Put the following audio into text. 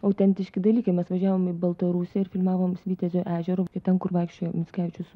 autentiški dalykai mes važiavom į baltarusiją ir filmavome svitjazio ežero ten kur vaikščiojo mickevičius